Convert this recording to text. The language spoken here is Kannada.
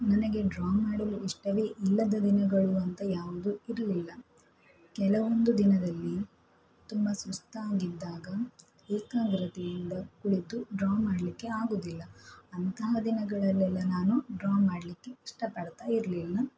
ನನಗೆ ಡ್ರಾ ಮಾಡಲು ಇಷ್ಟವೇ ಇಲ್ಲದ ದಿನಗಳು ಅಂತ ಯಾವುದೂ ಇರಲಿಲ್ಲ ಕೆಲವೊಂದು ದಿನದಲ್ಲಿ ತುಂಬ ಸುಸ್ತಾಗಿದ್ದಾಗ ಏಕಾಗ್ರತೆಯಿಂದ ಕುಳಿತು ಡ್ರಾ ಮಾಡಲಿಕ್ಕೆ ಆಗುವುದಿಲ್ಲ ಅಂತಹ ದಿನಗಳಲ್ಲೆಲ್ಲ ನಾನು ಡ್ರಾ ಮಾಡಲಿಕ್ಕೆ ಇಷ್ಟಪಡ್ತಾ ಇರಲಿಲ್ಲ